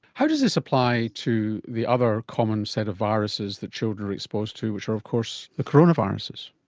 how does this apply to the other common set of viruses that children are exposed to, which are of course the coronaviruses?